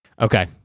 okay